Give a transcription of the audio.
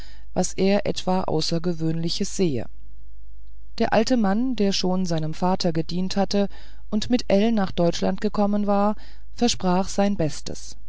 was er etwa außergewöhnliches sehe der alte mann der schon seinem vater gedient hatte und mit ell nach deutschland gekommen war versprach sein bestes